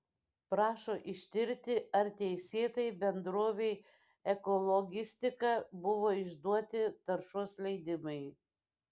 prašo ištirti ar teisėtai bendrovei ekologistika buvo išduoti taršos leidimai